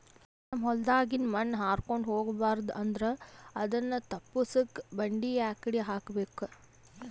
ನಮ್ ಹೊಲದಾಗಿನ ಮಣ್ ಹಾರ್ಕೊಂಡು ಹೋಗಬಾರದು ಅಂದ್ರ ಅದನ್ನ ತಪ್ಪುಸಕ್ಕ ಬಂಡಿ ಯಾಕಡಿ ಹಾಕಬೇಕು?